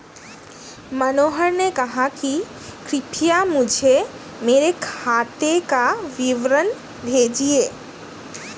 मनोहर ने कहा कि कृपया मुझें मेरे खाते का विवरण भेजिए